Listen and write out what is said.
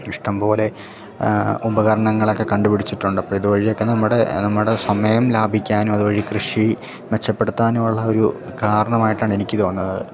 ഇഷ്ടം പോലെ ഉപകരണങ്ങൾ ഒക്കെ കണ്ട് പിടിച്ചിട്ടുണ്ട് അപ്പം ഇതു വഴിയൊക്കെ നമ്മുടെ നമ്മുടെ സമയം ലാഭിക്കാനും അതുവഴി കൃഷി മെച്ചപ്പെടുത്താനും ഉള്ള ഒരു കാരണമായിട്ട് ആണ് എനിക്ക് തോന്നുന്നത്